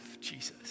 Jesus